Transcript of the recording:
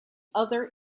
other